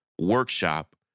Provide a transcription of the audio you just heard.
workshop